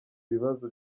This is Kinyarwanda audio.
bibazo